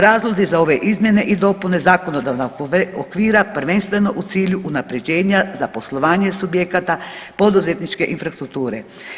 Razlozi za ove izmjene i dopune zakonodavnog okvira prvenstveno u cilju unapređenja za poslovanje subjekata poduzetničke infrastrukture.